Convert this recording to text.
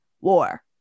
war